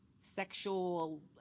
sexual